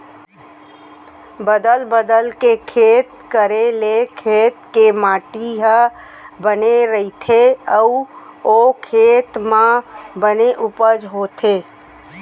बदल बदल के खेत करे ले खेत के माटी ह बने रइथे अउ ओ खेत म बने उपज होथे